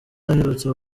aherutse